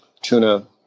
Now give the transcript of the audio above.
tuna